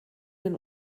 den